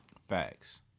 Facts